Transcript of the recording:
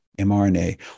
mRNA